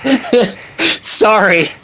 Sorry